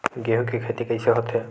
गेहूं के खेती कइसे होथे?